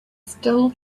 still